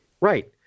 Right